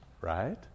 right